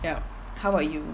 yup how about you